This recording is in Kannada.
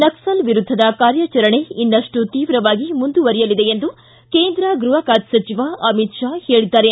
ನಕ್ಲಲ್ ವಿರುದ್ದದ ಕಾರ್ಯಾಚರಣೆ ಇನ್ನಷ್ಟು ತೀವ್ರವಾಗಿ ಮುಂದುವರಿಯಲಿದೆ ಎಂದು ಕೇಂದ್ರ ಗ್ಬಹ ಖಾತೆ ಸಚಿವ ಅಮಿತ್ ಶಾ ಹೇಳಿದ್ದಾರೆ